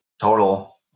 total